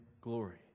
glory